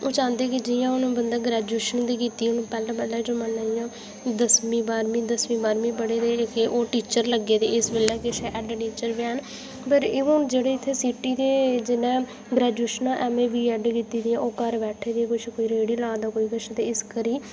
ओह् चांह्दे जि'यां कि हून बंदा ग्रैजुशन बी कीती उ'नें पैह्लें पैह्लें जमाने इ'यां दसमीं बाह्रमीं दसमीं बाह्रमीं पढ़े लिखे दे ओह् टीचर इस बेल्लै किश हैड टीचर गै हैन पर हून इत्थै सीटी दे जि'नें ग्रेजुएशनां ऐम्म ए बी एड कीती दियां ओह् घर बैठे दे कुछ कोई रेह्ड़ी ला दा कोई किश ते इस करी